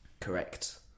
correct